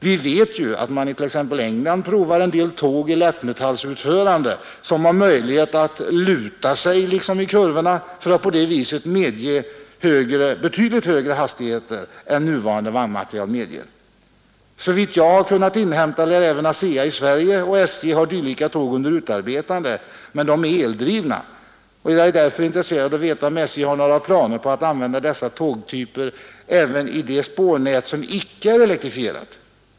Vi vet ju att man i t.ex. England provar en del tåg i lättmetallsutförande som har möjlighet att ”luta sig” i kurvorna för att på det sättet medge betydligt högre hastigheter än nuvarande vagnmateriel medger. Såvitt jag har kunnat inhämta lär även ASEA i Sverige och SJ ha dylika tåg under utarbetande, men de är eldrivna, och jag är därför intresserad av att veta om SJ har några planer på att använda liknande tågtyper även i det spårnät som icke är elektrifierat.